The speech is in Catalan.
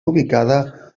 ubicada